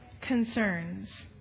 concerns